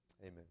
Amen